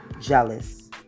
jealous